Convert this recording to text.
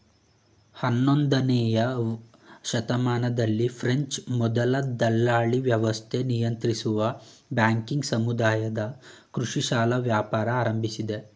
ಹನ್ನೊಂದನೇಯ ಶತಮಾನದಲ್ಲಿ ಫ್ರೆಂಚ್ ಮೊದಲ ದಲ್ಲಾಳಿವ್ಯವಸ್ಥೆ ನಿಯಂತ್ರಿಸುವ ಬ್ಯಾಂಕಿಂಗ್ ಸಮುದಾಯದ ಕೃಷಿ ಸಾಲ ವ್ಯಾಪಾರ ಆರಂಭಿಸಿದೆ